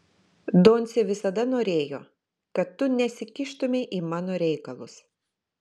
doncė visada norėjo kad tu nesikištumei į mano reikalus